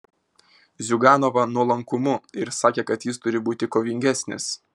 ziuganovą nuolankumu ir sakė kad jis turi būti kovingesnis